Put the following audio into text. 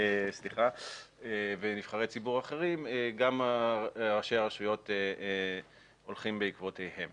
ונבחרי ציבור אחרים גם ראשי הרשויות הולכים בעקבותיהם